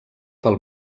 pel